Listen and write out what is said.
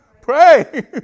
pray